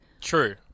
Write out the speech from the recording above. True